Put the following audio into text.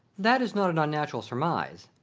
that is not an unnatural surmise,